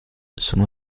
sono